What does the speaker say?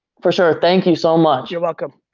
for sure, thank you so much. you're welcome,